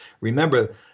Remember